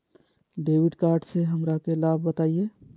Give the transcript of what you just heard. Debit card से हमरा के लाभ बताइए?